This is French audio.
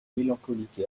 mélancolique